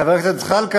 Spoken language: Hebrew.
חבר הכנסת זחאלקה,